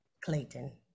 Clayton